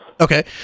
Okay